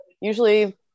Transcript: Usually